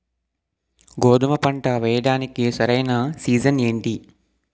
గోధుమపంట వేయడానికి సరైన సీజన్ ఏంటి?